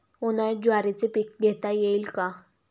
उन्हाळ्यात ज्वारीचे पीक घेता येईल का?